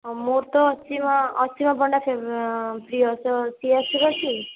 ହଁ ମୋର ତ ଅଛି ହଁ ଅସୀମା ପଣ୍ଡା ପ୍ରିୟ ତ ସିଏ ଆସିବ କି